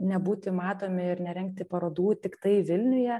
nebūti matomi ir nerengti parodų tiktai vilniuje